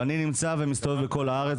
ואני מסתובב בכל הארץ,